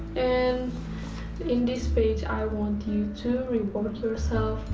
and in this page i want you to reward yourself,